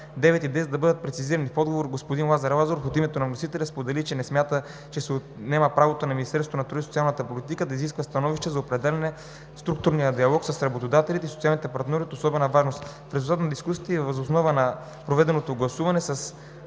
9 и 10 да бъдат прецизирани. В отговор господин Лазар Лазаров от името на вносителите сподели, че не смята, че се отнема право на министъра на труда и социалната политика да изисква становища и определи структурния диалог с работодателите и социалните партньори от особена важност. В резултат на дискусията и въз основа на проведеното гласуване с